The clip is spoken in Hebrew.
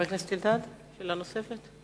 אלדד, שאלה נוספת?